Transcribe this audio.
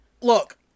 Look